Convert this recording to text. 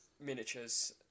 miniatures